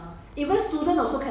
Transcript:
民俗